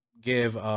give